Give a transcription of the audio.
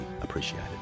appreciated